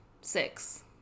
Six